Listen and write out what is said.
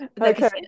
Okay